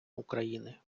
україни